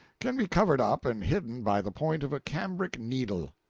can be covered up and hidden by the point of a cambric needle,